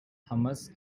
hummus